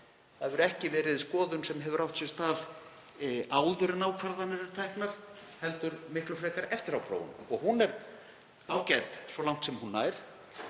Það hefur ekki verið skoðun sem hefur átt sér stað áður en ákvarðanir eru teknar heldur miklu frekar eftir á prófun. Hún er ágæt, svo langt sem hún nær,